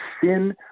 sin